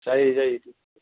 जायो जायो दे